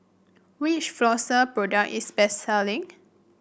which Floxia product is best selling